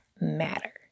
matter